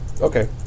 Okay